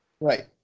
Right